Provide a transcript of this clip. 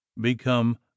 become